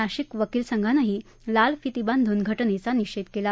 नाशिक वकील संघानंही लाल फिती बांधून घटनेचा निषेध केला